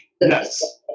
yes